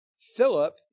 Philip